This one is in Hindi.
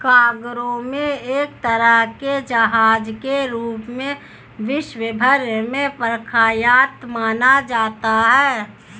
कार्गो एक तरह के जहाज के रूप में विश्व भर में प्रख्यात माना जाता है